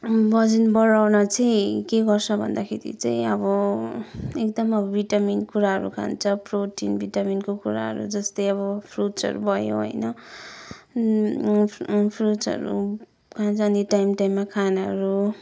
वजन बढाउन चाहिँ के गर्छ भन्दाखेरि चाहिँ अब एकदम अब भिटामिन कुराहरू खान्छ प्रोटिन भिटामिनको कुराहरू जस्तै अब फ्रुट्सहरू भयो होइन फ्रुट्सहरू खान्छ अनि टाइम टाइममा खानाहरू